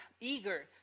eager